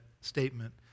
statement